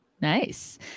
Nice